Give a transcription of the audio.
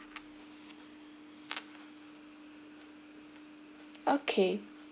okay